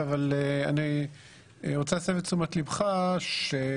אבל אני רוצה להסב את תשומת ליבך שחלק